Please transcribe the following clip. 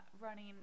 running